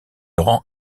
rend